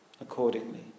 accordingly